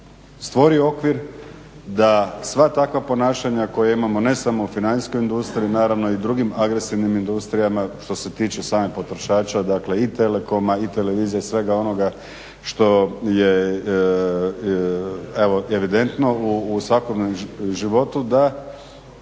stvori okvir da sva takva ponašanja koja imamo, ne samo u financijskoj industriji, naravno i u drugim agresivnim industrijama što se tiče samih potrošača, dakle i telekoma i televizije i svega onoga što je evidentno u svakodnevnom životu da